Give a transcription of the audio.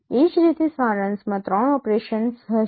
એ જ રીતે સારાંશમાં 3 ઓપરેશન્સ હશે